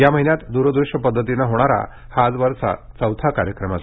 या महिन्यात दूरदृष्य पद्धतीने होणारा हा आजवरचा चौथा कार्यक्रम आहे